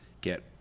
get